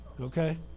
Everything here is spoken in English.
Okay